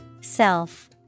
Self